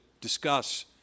discuss